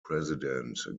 president